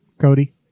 Cody